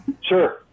Sure